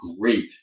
great